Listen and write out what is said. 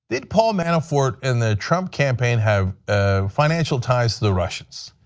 did paul manafort in the trump campaign have ah financial ties to the russians?